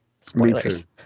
Spoilers